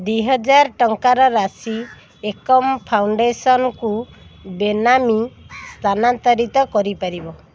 ଦୁଇ ହଜାର ଟଙ୍କାର ରାଶି ଏକମ୍ ଫାଉଣ୍ଡେସନ୍କୁ ବେନାମୀ ସ୍ଥାନାନ୍ତରିତ କରିପାରିବ